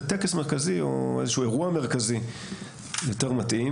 וטקס מרכזי או איזשהו אירוע מרכזי יותר מתאים